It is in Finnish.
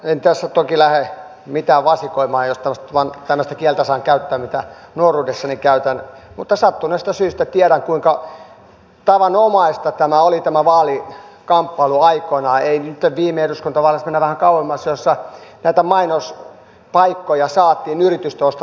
en tässä toki lähde mitään vasikoimaan jos tällaistä kieltä saan käyttää mitä nuoruudessani käytin mutta sattuneista syistä tiedän kuinka tavanomaista tämä vaalikamppailu oli aikoinaan ei nytten viime eduskuntavaaleissa mennään vähän kauemmas jolloin näitä mainospaikkoja saatiin yritysten ostamilla rahoilla